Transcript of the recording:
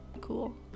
cool